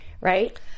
right